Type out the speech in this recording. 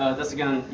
this again,